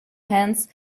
hands